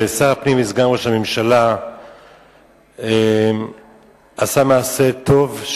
שר הפנים וסגן ראש הממשלה עשה מעשה טוב,